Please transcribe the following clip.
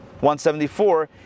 174